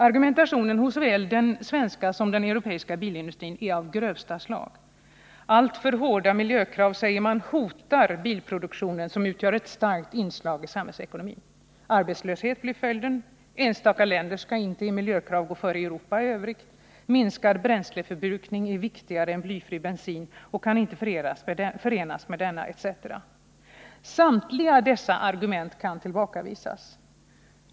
| Argumentationen hos såväl den svenska som den europeiska bilindustrin är av grövsta slag: Alltför hårda miljökrav, säger man, hotar bilproduktionen | som utgör ett starkt inslag i samhällsekonomin, arbetslöshet blir följden, enstaka länder skall inte i miljökrav gå före Europa i övrigt, minskad | bränsleförbrukning är viktigare än blyfri bensin och kan inte förenas med | denna, etc. Samtliga dessa argument kan tillbakavisas.